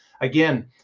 again